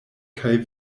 kaj